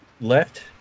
left